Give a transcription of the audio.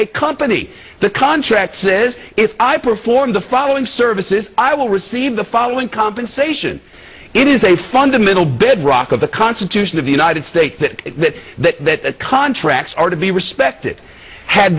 a company the contract says if i perform the following services i will receive the following compensation it is a fundamental bedrock of the constitution of the united states that it that contracts are to be respected had